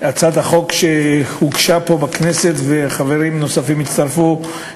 הצעת החוק הוגשה פה בכנסת וחברים נוספים הצטרפו אליה,